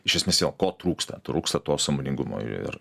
iš esmės jo ko trūksta trūksta to sąmoningumo ir